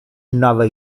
nova